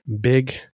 big